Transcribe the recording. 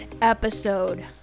episode